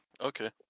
Okay